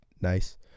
Nice